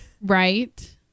Right